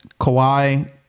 Kawhi